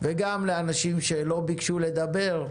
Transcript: וגם לאנשים שלא ביקשו לדבר,